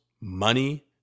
money